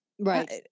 right